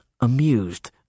amused